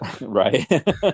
right